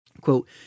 quote